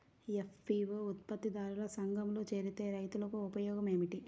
FPO ఉత్పత్తి దారుల సంఘములో చేరితే రైతులకు ఉపయోగము ఏమిటి?